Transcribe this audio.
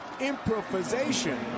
improvisation